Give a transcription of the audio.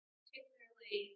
particularly